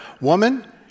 woman